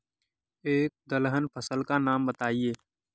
एक दलहन फसल का नाम बताइये